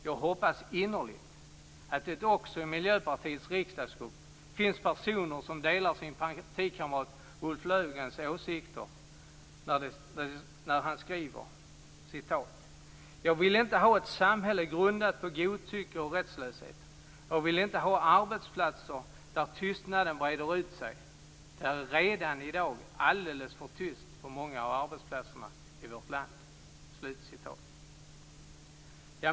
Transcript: Jag hoppas innerligt att det också i Miljöpartiets riksdagsgrupp finns personer som delar sin partikamrat Ulf Löfgrens åsikter och insikter. Han skriver att han inte vill ha ett samhälle grundat på godtycke och rättslöshet, och han vill inte ha arbetsplatser där tystnaden breder ut sig. Det är redan i dag alldeles för tyst på många arbetsplatser i vårt land.